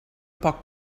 poc